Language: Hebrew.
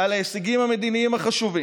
על ההישגים המדיניים החשובים.